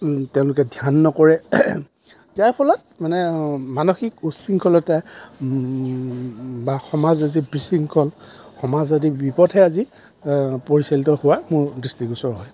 তেওঁলোকে ধ্যান নকৰে যাৰ ফলত মানে মানসিক উশৃংখলতা বা সমাজ আজি বিশৃংখল সমাজ আদি বিপথে আজি পৰিচালিত হোৱা মোৰ দৃষ্টিগোচৰ হয়